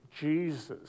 Jesus